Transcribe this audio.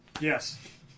Yes